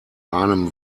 einem